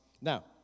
Now